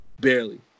Barely